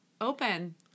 open